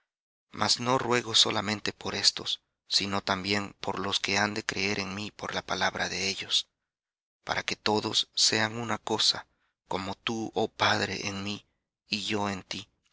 mas no ruego solamente por éstos sino también por los que han de creer en mí por la palabra de ellos para que todos sean una cosa como tú oh padre en mí y yo en ti